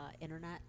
internet